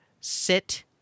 sit